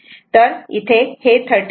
तिथे जे काही 13